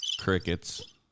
crickets